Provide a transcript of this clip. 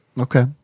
Okay